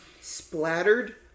splattered